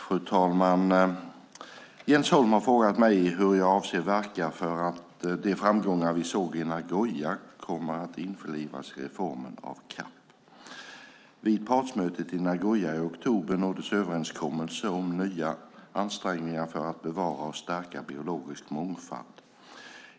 Fru talman! Jens Holm har frågat mig hur jag avser att verka för att de framgångar vi såg i Nagoya kommer att införlivas i reformen av CAP. Vid partsmötet i Nagoya i oktober nåddes överenskommelse om nya ansträngningar för att bevara och stärka biologisk mångfald.